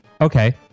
okay